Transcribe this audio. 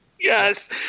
Yes